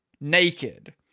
naked